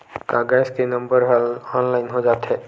का गैस के नंबर ह ऑनलाइन हो जाथे?